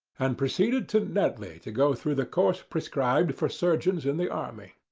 and proceeded to netley to go through the course prescribed for surgeons in the army.